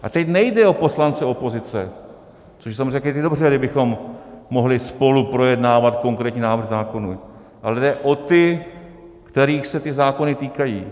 A teď nejde o poslance opozice, což samozřejmě... dobře, kdybychom mohli spolu projednávat konkrétní návrhy zákonů, ale jde o ty, kterých se ty zákony týkají.